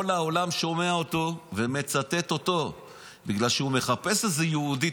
כל העולם שומע אותו ומצטט אותו בגלל שהוא מחפש איזה יהודי